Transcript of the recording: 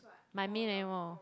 my main anymore